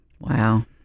Wow